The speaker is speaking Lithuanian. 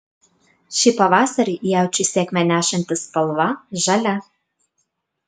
šį pavasarį jaučiui sėkmę nešantį spalva žalia